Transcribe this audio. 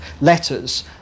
letters